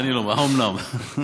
אני, האומנם?